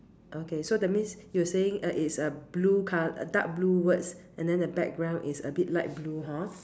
okay so that means you were saying uh it's a blue co~ dark blue words and the background is a bit light blue hor